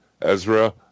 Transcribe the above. Ezra